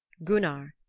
gunnar,